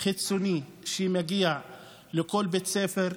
חיצוני שמגיע לכל בית ספר,